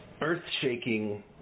earth-shaking